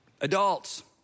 Adults